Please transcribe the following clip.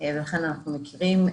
ולכן אנחנו מכירים.